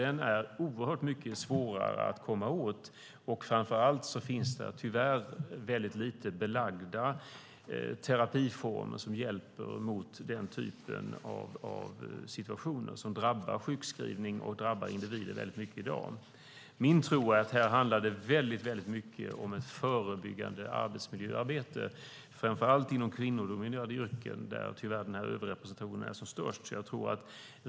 Den är oerhört mycket svårare att komma åt. Framför allt finns det tyvärr väldigt lite belagda terapiformer som hjälper mot den typen av situationer, som resulterar i sjukskrivning och drabbar individer väldigt mycket i dag. Min tro är att det väldigt mycket handlar om ett förebyggande arbetsmiljöarbete framför allt inom kvinnodominerade yrken där tyvärr överrepresentationen är som störst.